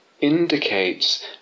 indicates